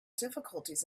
difficulties